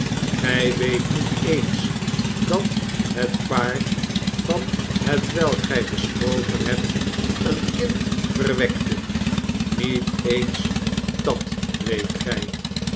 gij weet niet eens dat het paar van hetwelk gij gesproken hebt een kind verwekte niet eens dat weet gij